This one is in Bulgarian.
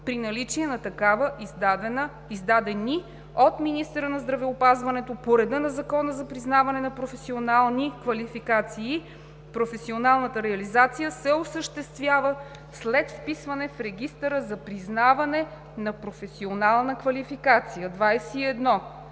при наличие на такава, издадени от министъра на здравеопазването по реда на Закона за признаване на професионални квалификации. Професионалната реализация се осъществява след вписване в регистъра за признаване на професионална квалификация. 21.